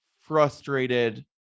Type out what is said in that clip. frustrated